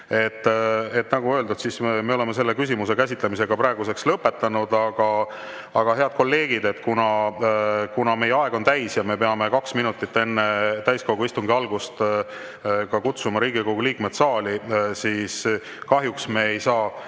Nagu öeldud, me oleme selle küsimuse käsitlemise praeguseks lõpetanud. Aga, head kolleegid, kuna meie aeg on täis ja me peame kaks minutit enne täiskogu istungi algust kutsuma Riigikogu liikmed saali, siis kahjuks me ei saa